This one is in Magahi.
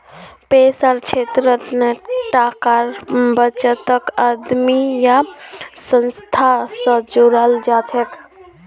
पैसार क्षेत्रत टाकार बचतक आदमी या संस्था स जोड़ाल जाछेक